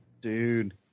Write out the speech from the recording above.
Dude